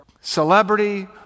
celebrity